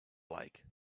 like